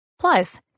Plus